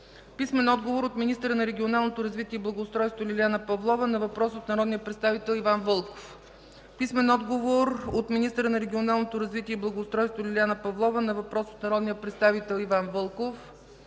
Иван Вълков; - министъра на регионалното развитие и благоустройството Лиляна Павлова на въпрос от народния представител Иван Вълков;